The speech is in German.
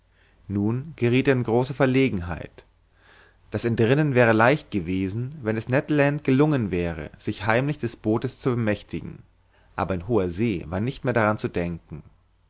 nun gerieth er in große verlegenheit das entrinnen wäre leicht gewesen wenn es ned land gelungen wäre sich heimlich des bootes zu bemächtigen aber in hoher see war nicht mehr daran zu denken